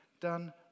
done